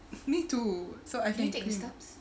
me too so I think